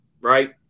Right